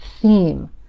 theme